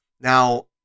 Now